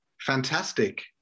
fantastic